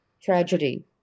tragedy